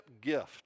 gift